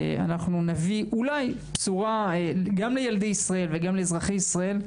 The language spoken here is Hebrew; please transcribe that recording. אנחנו נביא אולי בשורה גם לילדי ישראל וגם לאזרחי ישראל,